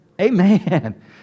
Amen